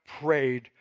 prayed